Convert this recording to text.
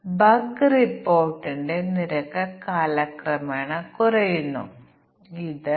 അതിനാൽ തുകയ്ക്ക് മാസങ്ങളുടെ എണ്ണം എത്രയാണ് ഡൌൺ പേയ്മെന്റും പേയ്മെന്റ് ആവൃത്തിയും